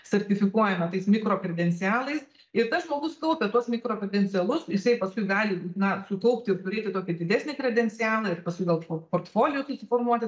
sertifikuojame tais mikro kredencialais ir tas žmogus kaupia tuos mikro kredencialus jisai paskui gali na sukaupti ir turėti tokį didesnį kredencialą ir paskui gal po portfolio susiformuoti